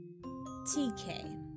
TK